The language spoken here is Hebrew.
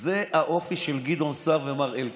זה האופי של גדעון סער ומר אלקין.